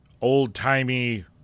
old-timey